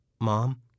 Mom